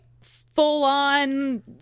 full-on